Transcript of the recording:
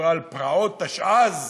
שדיברה על פרעות תשע"ז,